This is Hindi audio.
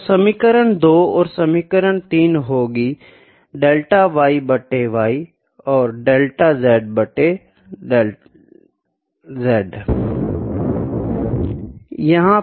तो समीकरण 2 और समीकरण 3 होगी डेल्टा y बट्टे y और डेल्टा z बट्टे z